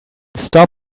stop